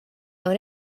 own